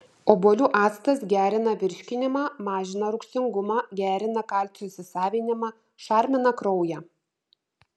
obuolių actas gerina virškinimą mažina rūgštingumą gerina kalcio įsisavinimą šarmina kraują